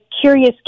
curious